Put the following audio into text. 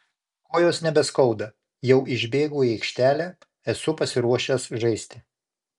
kojos nebeskauda jau išbėgau į aikštelę esu pasiruošęs žaisti